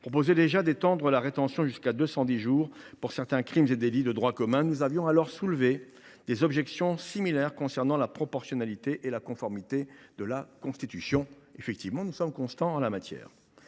la durée maximale de rétention jusqu’à 210 jours pour certains crimes et délits de droit commun. Nous avions alors soulevé des objections similaires concernant la proportionnalité et la conformité à la Constitution de cette mesure. Nous sommes constants en la matière